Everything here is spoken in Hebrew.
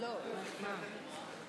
61 בעד,